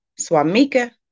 Swamika